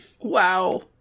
Wow